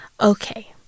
Okay